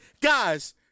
guys